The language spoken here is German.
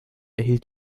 erhielt